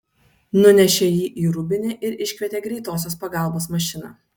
nunešė jį į rūbinę ir iškvietė greitosios pagalbos mašiną